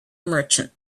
merchant